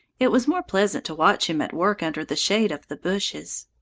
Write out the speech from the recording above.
it was more pleasant to watch him at work under the shade of the bushes.